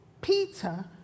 Peter